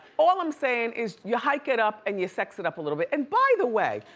all i'm saying is you hike it up, and you sex it up a little bit. and by the way,